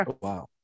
Wow